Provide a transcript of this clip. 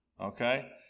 okay